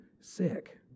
sick